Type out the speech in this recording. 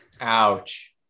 Ouch